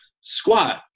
squat